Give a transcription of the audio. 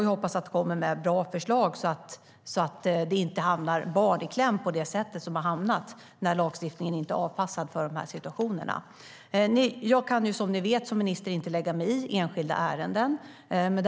Jag hoppas att den kommer med bra förslag så att barn inte hamnar i kläm på det sätt som har skett när lagstiftningen inte är avpassad för dessa situationer. Som ni vet kan jag som minister inte lägga mig i enskilda ärenden.